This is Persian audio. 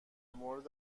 مورد